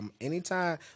anytime